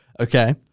Okay